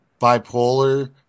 bipolar